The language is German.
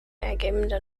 ergebende